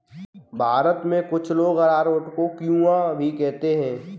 भारत में कुछ लोग अरारोट को कूया भी कहते हैं